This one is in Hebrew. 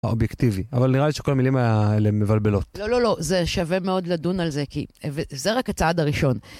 האובייקטיבי, אבל נראה לי שכל המילים האלה הם מבלבלות. לא, לא, לא, זה שווה מאוד לדון על זה, כי זה רק הצעד הראשון.